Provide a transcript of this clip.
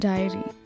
Diary